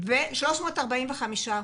ו-345 פעוטים.